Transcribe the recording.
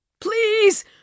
Please